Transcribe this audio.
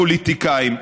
הפוליטיקאים.